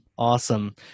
Awesome